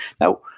now